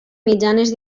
mitjanes